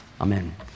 amen